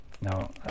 now